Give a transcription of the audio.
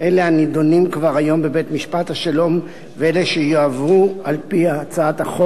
אלה הנדונים כבר היום בבית-משפט השלום ואלה שיועברו על-פי הצעת החוק,